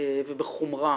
ובחומרה